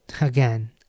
Again